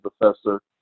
professor